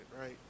right